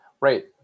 Right